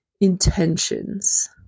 intentions